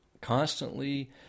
Constantly